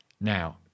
now